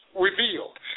revealed